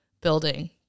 building